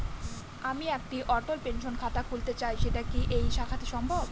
আমি একটি অটল পেনশন খাতা খুলতে চাই সেটা কি এই শাখাতে সম্ভব?